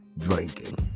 Drinking